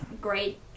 great